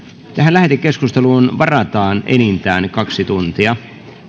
lähetekeskusteluun varataan enintään kaksi tuntia